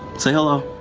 say hello!